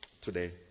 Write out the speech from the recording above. today